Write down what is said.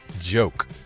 joke